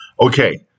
Okay